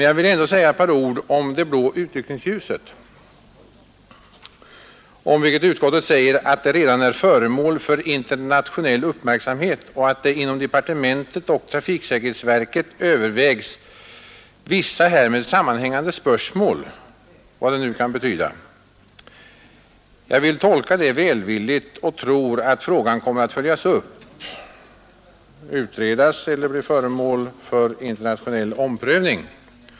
Jag vill ändå säga ett par ord om det blå utryckningsljuset, om vilket utskottet säger att det redan är föremål för internationell uppmärksamhet och att det inom departementet och trafiksäkerhetsverket övervägs ”vissa härmed sammanhängande spörsmål”, vad det nu kan betyda. Jag vill tolka det välvilligt och tro att frågan kommer att följas upp och utredas eller bli föremål för internationell omprövning.